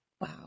Wow